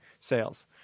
sales